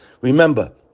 Remember